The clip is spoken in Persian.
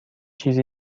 چیزی